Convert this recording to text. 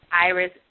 Iris